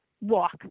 walk